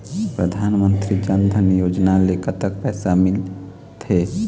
परधानमंतरी जन धन योजना ले कतक पैसा मिल थे?